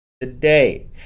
today